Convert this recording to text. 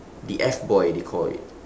the F boy they call it